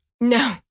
No